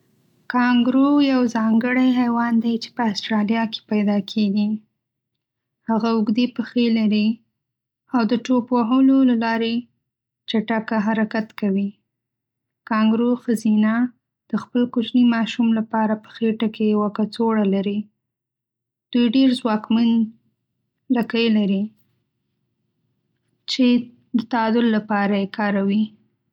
کانګرو یو ځانګړی حیوان دی چې په آسټرالیا کې پیدا کېږي. هغه اوږدې پښې لري او د ټوپ وهلو له لارې چټک حرکت کوي. کانګرو ښځینه د خپل کوچني ماشوم لپاره په خېټه کې یو کڅوړه لري. دوی ډېر ځواکمن لکۍ لري چې د تعادل لپاره یې کاروي.